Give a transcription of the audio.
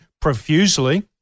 profusely